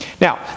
Now